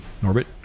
Norbit